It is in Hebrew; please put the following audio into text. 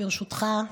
ברשותך,